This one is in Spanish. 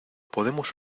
podemos